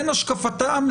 בשבילכם.